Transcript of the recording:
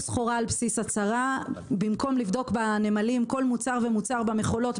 סחורה על בסיס הצהרה במקום לבדוק בנמלים כל מוצר ומוצר במכולות,